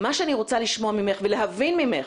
מה שאני רוצה לשמוע ממך ולהבין ממך,